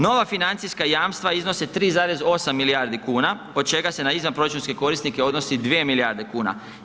Nova financijska jamstva iznose 3,8 milijardi kuna od čega se na izvanproračunske korisnike odnosi 2 milijarde kuna.